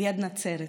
ליד נצרת.